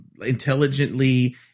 intelligently